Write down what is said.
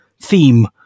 theme